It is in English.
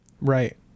Right